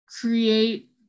create